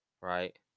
right